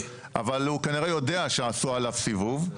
אבל הוא כנראה יודע שעשו עליו סיבוב.